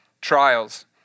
trials